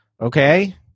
okay